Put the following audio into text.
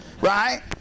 Right